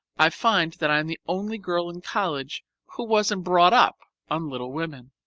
i find that i am the only girl in college who wasn't brought up on little women.